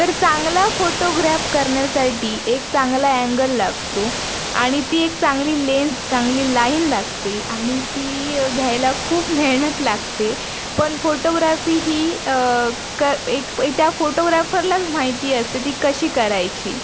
तर चांगला फोटोग्राफ करण्यासाठी एक चांगला अँगल लागतो आणि ती एक चांगली लेन्स चांगली लाईन लागते आणि ती घ्यायला खूप मेहनत लागते पण फोटोग्रॅफी ही क एक त्या फोटोग्रॅफरलाच माहिती असते ती कशी करायची